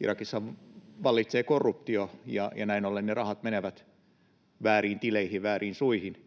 Irakissa vallitsee korruptio, ja näin ollen ne rahat menevät väärille tileille, vääriin suihin,